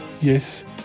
yes